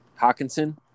Hawkinson